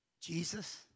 Jesus